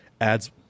adds